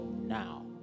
now